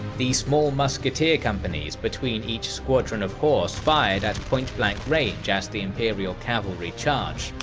the small musketeer companies between each squadron of horse fired at point blank range as the imperial cavalry charged,